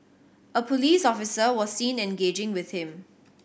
a police officer was seen engaging with him